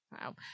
Wow